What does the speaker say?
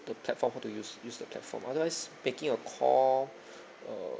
the platform how to use use the platform otherwise making a call err